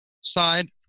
side